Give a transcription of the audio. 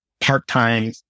part-time